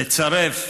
לצרף